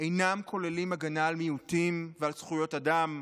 אינם כוללים הגנה על מיעוטים ועל זכויות אדם,